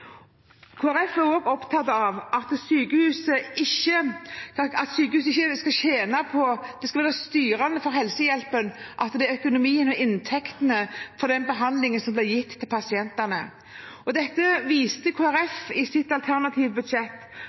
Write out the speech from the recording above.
Folkeparti er også opptatt av at ikke økonomi og inntekter skal være styrende for den behandlingen som sykehusene gir til pasientene. Dette viste Kristelig Folkeparti i sitt alternative budsjett,